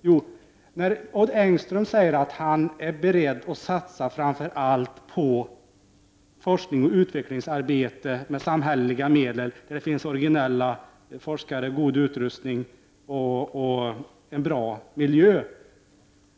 Jo, när Odd Engström säger att han är beredd att satsa framför allt på forskning och utvecklingsarbete med samhälleliga medel där det finns originella forskare, god utrustning och en bra miljö,